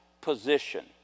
position